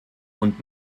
und